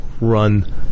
run